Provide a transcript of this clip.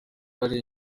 ari